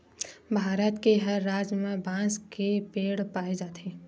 भारत के हर राज म बांस के पेड़ पाए जाथे